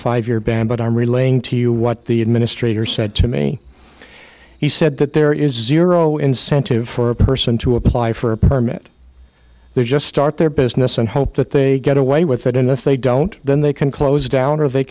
five year ban but i'm relaying to you what the administrator said to me he said that there is zero incentive for a person to apply for a permit they're just start their business and hope that they get away with it in if they don't then they can close down or they